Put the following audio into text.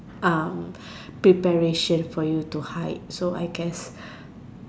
uh preparation for you to hike so I guess